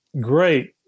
great